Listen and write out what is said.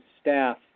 staff